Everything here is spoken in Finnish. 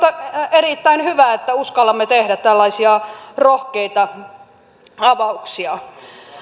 erittäin hyvä että uskallamme tehdä tällaisia rohkeita avauksia